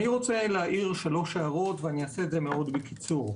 שלוש הערות בקיצור.